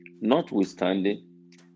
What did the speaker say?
Notwithstanding